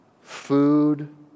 food